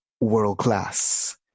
world-class